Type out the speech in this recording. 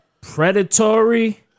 predatory